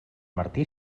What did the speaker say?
martí